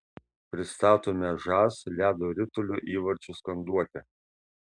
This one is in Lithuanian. pristatome žas ledo ritulio įvarčių skanduotę